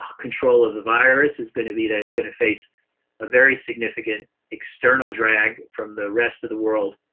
ah control of the virus is going to be that it's going to face a very significant external drag from the rest of the world,